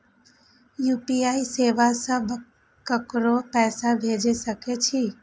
UPI सेवा से ककरो पैसा भेज सके छी?